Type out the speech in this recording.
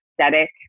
aesthetic